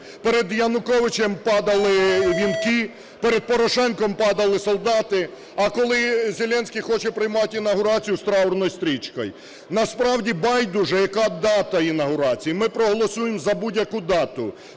Перед Януковичем падали вінки, перед Порошенком падали солдати, а коли Зеленський хоче приймати інавгурацію з траурною стрічкою. Насправді байдуже, яка дата інавгурації, ми проголосуємо за будь-яку дату,